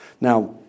Now